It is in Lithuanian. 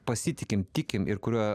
pasitikim tikim ir kuriuo